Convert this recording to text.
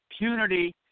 Punity